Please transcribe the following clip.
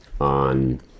on